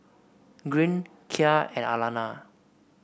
Gwyn Kya and Alanna